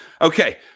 Okay